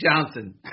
Johnson